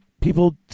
people